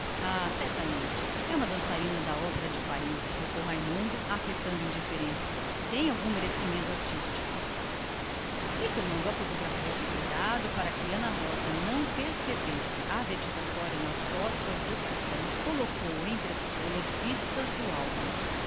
certamente é uma dançarina parisiense explicou raimundo fingindo pouco caso tem algum merecimento artístico e tomando a fotografia com cuidado para que ana rosa não percebesse a dedicatória nas costas do retrato colocou a entre as folhas já vistas do álbum